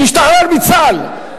שהשתחרר מצה"ל,